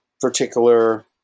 particular